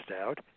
out